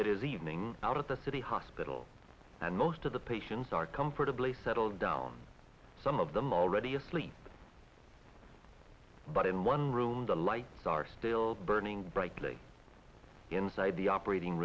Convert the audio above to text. it is evening out at the city hospital and most of the patients are comfortably settled down some of them already asleep but in one room the lights are still burning brightly inside the operating